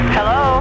Hello